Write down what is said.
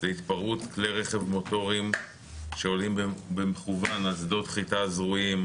אחת זו התפרעות כלי רכב מוטוריים שעולים במכוון על שדות חיטה זרועים,